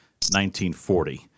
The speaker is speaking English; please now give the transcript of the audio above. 1940